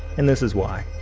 and this is why?